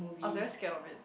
I was very scared of it